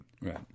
Right